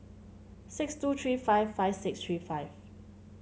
six two three five five six three five